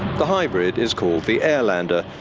the hybrid is called the airlander,